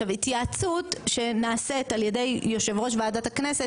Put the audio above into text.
התייעצות שנעשית על ידי יושב ראש ועדת הכנסת